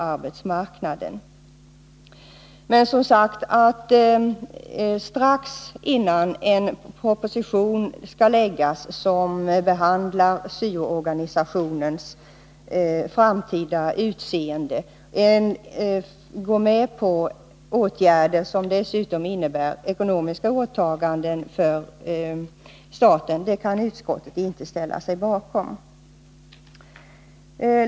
Att strax innan en proposition skall läggas fram som behandlar syoorganisationens framtida utseende gå med på förändringar i denna organisation som dessutom innebär ekonomiska åtaganden för staten kan utskottet inte ställa sig bakom.